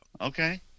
Okay